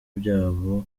byabo